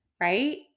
right